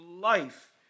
life